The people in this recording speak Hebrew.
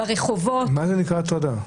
ברחובות --- תסבירי מה נקרא הטרדה.